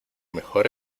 mejor